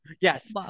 Yes